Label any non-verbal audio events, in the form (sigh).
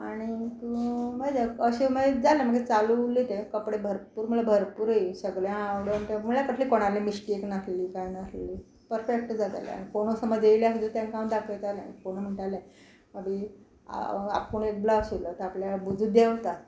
आनीक (unintelligible) अशें मागीर जालें मागीर चालू उरलें तें कपडे भरपूर म्हळ्या भरपूर येयी सगल्या आवडल तें म्हळ्या कसली कोणाली मिश्टेक नासली कांय नासली परफॅक्ट जातालें आनी कोणूय समज येयल्या सुद्दां तेंकां हांव दाखयतालें कोणूय म्हणटालें बाबी आपूण एक ब्लावज शिंवलो तो आपल्या भूज देंवता